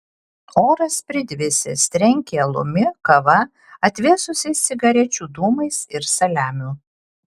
oras pridvisęs trenkė alumi kava atvėsusiais cigarečių dūmais ir saliamiu